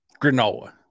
granola